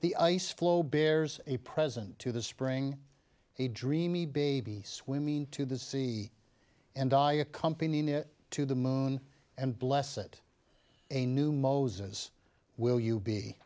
the ice floe bears a present to the spring a dreamy baby swimming to the sea and die a company to the moon and bless it a new moses will you be